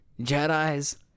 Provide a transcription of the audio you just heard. Jedis